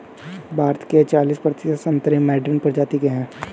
भारत के चालिस प्रतिशत संतरे मैडरीन प्रजाति के हैं